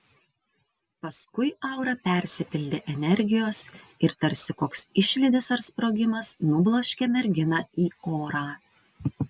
paskui aura persipildė energijos ir tarsi koks išlydis ar sprogimas nubloškė merginą į orą